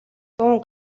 дуун